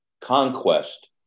conquest